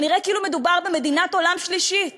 ונראה כאילו מדובר במדינת עולם שלישי,